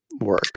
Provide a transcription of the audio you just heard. work